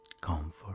comfort